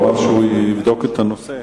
הוא אמר שהוא יבדוק את הנושא.